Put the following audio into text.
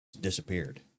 disappeared